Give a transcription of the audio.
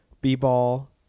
B-ball